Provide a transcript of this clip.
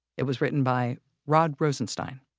it was written by rod rosenstein,